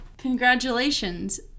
congratulations